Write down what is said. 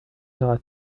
sera